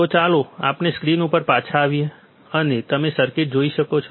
તો ચાલો આપણે સ્ક્રીન ઉપર પાછા આવીએ અને તમે સર્કિટ જોઈ શકો છો